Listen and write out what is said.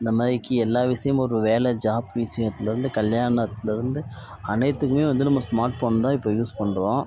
இந்தமாரிக்கு எல்லா விஷயமும் ஒரு வேலை ஜாப் விஷயத்தில் இருந்து கல்யாணத்தில் இருந்து அனைத்துக்குமே வந்து நம்ம ஸ்மார்ட் ஃபோன் தான் இப்போ யூஸ் பண்ணுறோம்